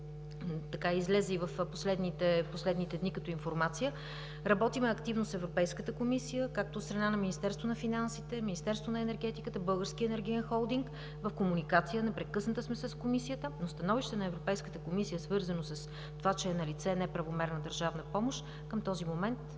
което излезе в последните дни като информация. Работим активно с Европейската комисия. От страна на Министерството на финансите, Министерството на енергетиката, Българския Енергиен Холдинг сме непрекъснато в комуникация с Комисията, но становище на Европейската комисия, свързано с това, че е налице неправомерна държавна помощ към този момент,